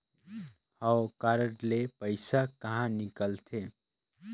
हव कारड ले पइसा कहा निकलथे?